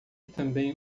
também